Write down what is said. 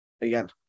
again